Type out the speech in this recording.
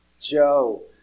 Joe